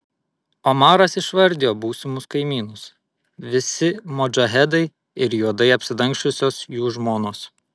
omaras išvardijo būsimus kaimynus visi modžahedai ir juodai apsidangsčiusios jų žmonos